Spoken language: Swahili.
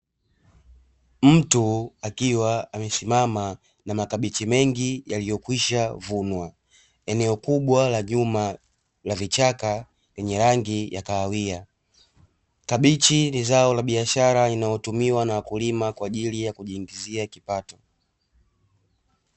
Mtu akiwa amesimama na makabichi mengi yaliyokwisha vunwa. Eneo kubwa la nyuma la vichaka lenye rangi ya kahawia. Kabichi ni zao la biashara linalotumiwa na wakulima kwaajili ya kujiingizia kipato.